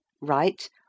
Right